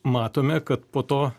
matome kad po to